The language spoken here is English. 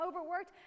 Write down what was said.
overworked